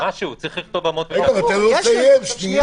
יש מחלוקת?